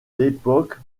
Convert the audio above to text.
l’époque